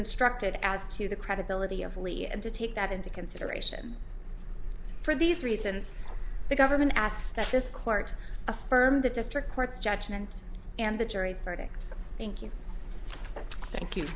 instructed as to the credibility of lee and to take that into consideration for these reasons the government asks that this court affirmed the district court's judgment and the jury's verdict thank you thank you